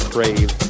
Crave